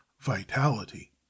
vitality